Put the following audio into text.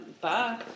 bye